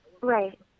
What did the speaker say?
Right